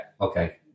okay